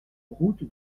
route